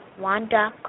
Wanda